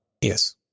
Yes